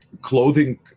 Clothing